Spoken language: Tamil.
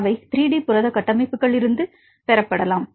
அவை 3 டி புரத கட்டமைப்புகளிலிருந்து பெறப்படலாம்